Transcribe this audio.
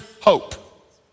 hope